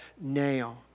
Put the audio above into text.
now